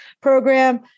program